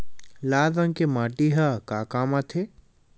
लाल रंग के माटी ह का काम आथे?